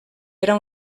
era